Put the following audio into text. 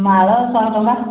ମାଳ ଶହେ ଟଙ୍କା